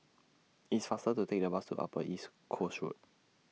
It's faster to Take The Bus to Upper East Coast Road